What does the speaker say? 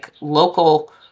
local